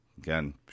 Again